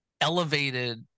elevated